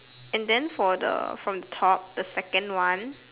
and then for the from the top the second one